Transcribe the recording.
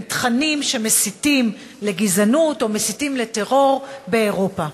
תכנים שמסיתים לגזענות או מסיתים לטרור באירופה.